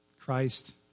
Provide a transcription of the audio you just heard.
Christ